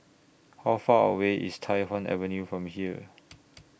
How Far away IS Tai Hwan Avenue from here